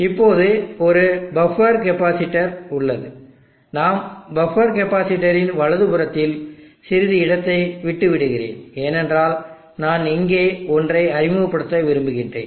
இப்போது ஒரு buffer capacitor உள்ளது நாம் பஃப்பர் கெப்பாசிட்டெரின் வலதுபுறத்தில் சிறிது இடத்தை விட்டு விடுகிறேன் ஏனென்றால் நான் இங்கே ஒன்றை அறிமுகப்படுத்த விரும்புகிறேன்